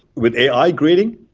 with ai grading,